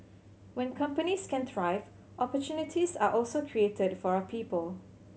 when companies can thrive opportunities are also created for our people